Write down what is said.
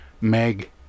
Meg